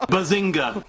Bazinga